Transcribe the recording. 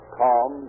calm